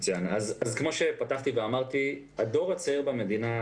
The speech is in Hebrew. הדור הצעיר במדינה,